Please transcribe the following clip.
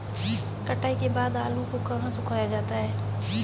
कटाई के बाद आलू को कहाँ सुखाया जाता है?